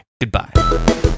Goodbye